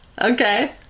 Okay